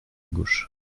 gauche